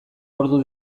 ordu